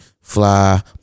fly